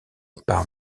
par